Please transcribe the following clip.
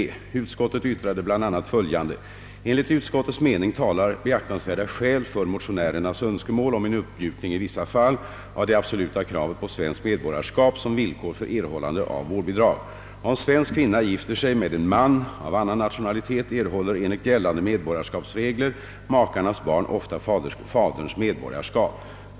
Utskottet yttrade bl.a. följande: »Enligt utskottets mening talar beaktansvärda skäl för motionärernas önskemål om en uppmjukning i vissa fall av det absoluta kravet på svenskt medborgarskap som villkor för erhållande av vårdbidrag. Om svensk kvinna gifter sig med en man av annan nationalitet erhåller enligt gällande medborgarskapsregler makarnas barn ofta faderns medborgarskap.